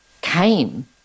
came